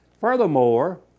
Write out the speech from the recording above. Furthermore